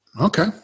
Okay